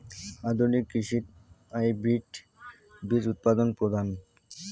আধুনিক কৃষিত হাইব্রিড বীজ উৎপাদন প্রধান